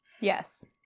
Yes